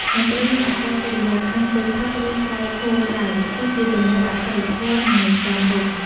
មិនត្រូវមានអាកប្បកិរិយាខឹងពេលផឹក ឬ ស្រែកហ៊ឡើយ គឺជាទង្វើអសីលធម៌ និងមិនសមរម្យ។